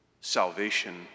salvation